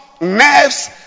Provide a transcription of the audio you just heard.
nerves